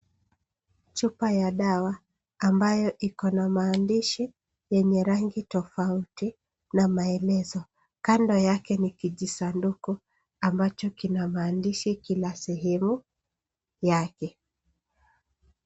Chupa ya dawa ambayo iko na maandishi yenye rangi tofauti na maelezo ya kando yake ni kijisanduku ambacho kina maandishi kila sehemu yake